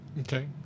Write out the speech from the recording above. Okay